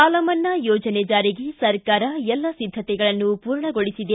ಸಾಲಮನ್ನಾ ಯೋಜನೆ ಜಾರಿಗೆ ಸರ್ಕಾರ ಎಲ್ಲ ಸಿದ್ಧಕೆಗಳನ್ನೂ ಪೂರ್ಣಗೊಳಿಸಿದೆ